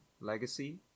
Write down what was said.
legacy